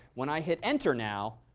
when i hit enter now,